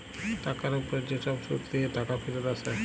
টাকার উপ্রে যে ছব সুদ দিঁয়ে টাকা ফিরত আসে